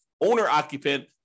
owner-occupant